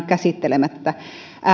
käsittelemättä